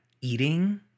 eating